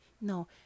No